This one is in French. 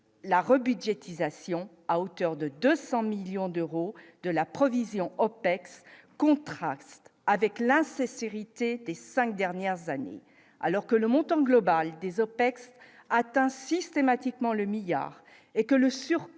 la rebute, je dis à Sion à hauteur de 200 millions d'euros de la provision OPEX contraste avec la CSeries des 5 dernières années alors que le montant global des OPEX atteint systématiquement le milliard et que le surcoût